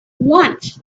once